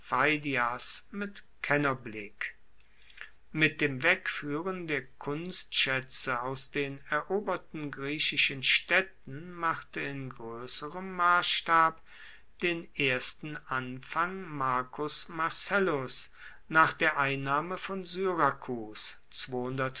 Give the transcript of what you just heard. mit kennerblick mit dem wegfuehren der kunstschaetze aus den eroberten griechischen staedten machte in groesserem massstab den ersten anfang marcus marcellus nach der einnahme von syrakus